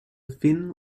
fin